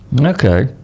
Okay